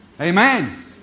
Amen